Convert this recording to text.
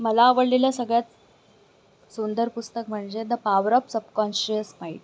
मला आवडलेल्या सगळ्यात सुंदर पुस्तक म्हणजे the power of subconscious mind